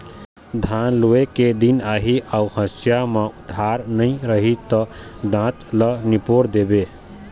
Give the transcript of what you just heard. धान लूए के दिन आही अउ हँसिया म धार नइ रही त दाँत ल निपोर देबे